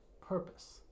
purpose